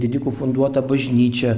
didikų funduota bažnyčia